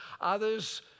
Others